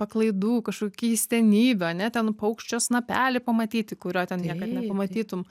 paklaidų kažko keistenybių ane ten nu paukščio snapelį pamatyti kurio ten niekad nepamatytum